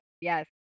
yes